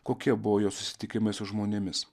kokie buvo jo susitikimai su žmonėmis